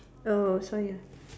oh so ya